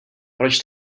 proč